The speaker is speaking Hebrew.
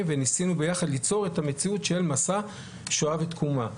וניסינו ביחד ליצור את המציאות של מסע שואה ותקומה.